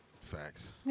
Facts